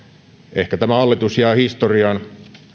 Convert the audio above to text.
ehkä tämä hallitus jää historiaan